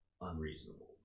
unreasonable